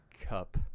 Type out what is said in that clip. cup